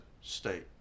state